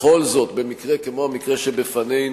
בכל זאת במקרה כמו המקרה שבפנינו,